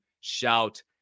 shout